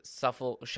shuffle